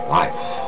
life